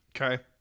okay